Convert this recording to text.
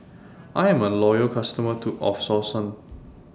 I Am A Loyal customer to of Selsun